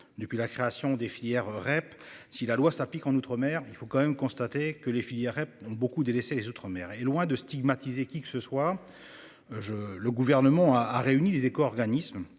depuis la création des filières REP. Si la loi s'applique en outre-mer il faut quand même constater que les filières ont beaucoup délaissé les Outre-mer est loin de stigmatiser qui que ce soit. Je le gouvernement a a réuni les éco-organismes